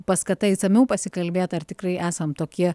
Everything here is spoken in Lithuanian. paskata išsamiau pasikalbėt ar tikrai esam tokie